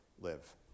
live